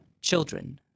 children